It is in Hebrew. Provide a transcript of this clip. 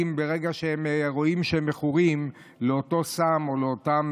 ברגע שהם רואים שהם מכורים לאותו סם או לאותן